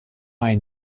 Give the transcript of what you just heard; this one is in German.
ein